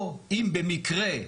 או אם במקרה,